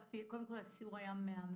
קודם כול, הסיור היה מהמם.